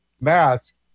mask